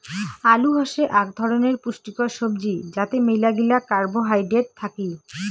আলু হসে আক ধরণের পুষ্টিকর সবজি যাতে মেলাগিলা কার্বোহাইড্রেট থাকি